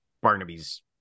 Barnaby's